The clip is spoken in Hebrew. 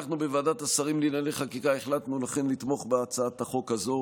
לכן אנחנו בוועדת השרים לענייני חקיקה החלטנו לתמוך בהצעת החוק הזאת